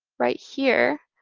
right here,